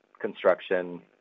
construction